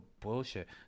bullshit